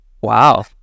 Wow